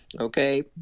Okay